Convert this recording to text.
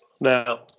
now